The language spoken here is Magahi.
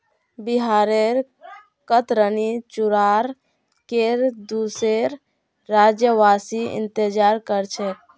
बिहारेर कतरनी चूड़ार केर दुसोर राज्यवासी इंतजार कर छेक